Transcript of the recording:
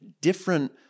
different